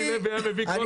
רמי לוי היה מביא קולגייט.